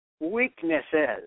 weaknesses